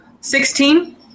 Sixteen